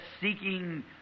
seeking